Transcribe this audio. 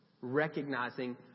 recognizing